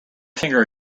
finger